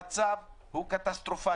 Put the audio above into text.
המצב הוא קטסטרופלי.